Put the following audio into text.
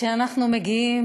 וכשאנחנו מגיעים